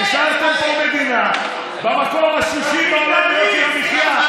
השארתם פה מדינה במקום השישי בעולם ביוקר המחיה.